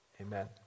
amen